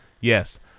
Yes